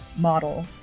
model